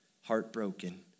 heartbroken